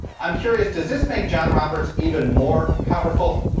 um curious, does this make john roberts even more powerful?